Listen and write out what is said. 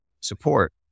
support